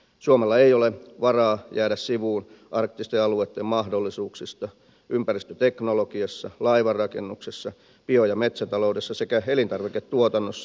suomella ei ole varaa jäädä sivuun arktisten alueitten mahdollisuuksista ympäristöteknologiassa laivanrakennuksessa bio ja metsätaloudessa sekä elintarviketuotannossa